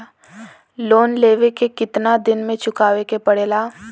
Loan लेवे के कितना दिन मे चुकावे के पड़ेला?